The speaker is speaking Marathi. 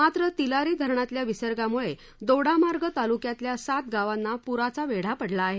मात्र तिलारी धरणातल्या विसर्गामुळे दोडा मार्ग तालुक्यातल्या सात गावांना पुराचा वेढा पडला आहे